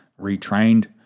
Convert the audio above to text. retrained